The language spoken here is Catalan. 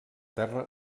terra